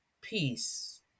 peace